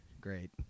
Great